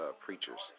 preachers